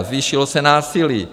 Zvýšilo se násilí.